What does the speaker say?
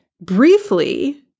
briefly